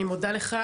אני מודה לך.